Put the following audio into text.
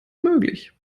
möglich